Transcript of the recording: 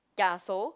ya so